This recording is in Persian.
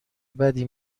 بدی